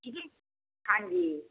ਹਾਂਜੀ